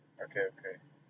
okay okay